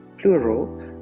plural